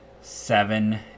seven